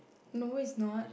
no is not